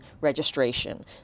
registration